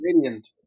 gradient